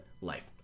life